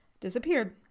disappeared